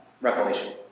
Revelation